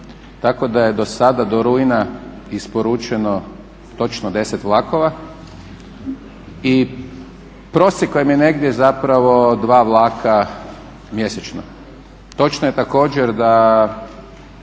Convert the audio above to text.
tako da je do sada do rujna isporučeno točno 10 vlakova i prosjek vam je negdje zapravo dva vlaka mjesečno. Točno je također da